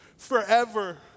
Forever